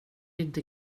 inte